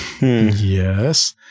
Yes